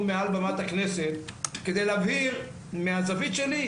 מעל במת הכנסת כדי להבהיר מהזווית שלי,